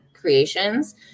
creations